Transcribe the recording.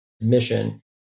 mission